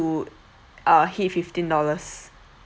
to uh hit fifteen dollars